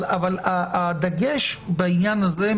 אבל הדגש בעניין הזה,